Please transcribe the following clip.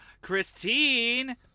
Christine